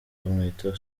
bamwita